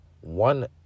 one